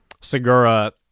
Segura